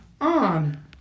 on